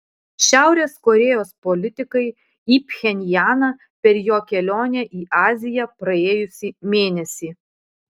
šiaurės korėjos politikai į pchenjaną per jo kelionę į aziją praėjusį mėnesį